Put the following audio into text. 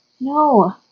No